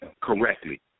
correctly